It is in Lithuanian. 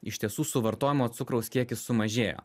iš tiesų suvartojamo cukraus kiekis sumažėjo